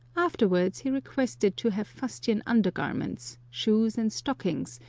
afterwards he requested to have fustian under garments, shoes and stockings,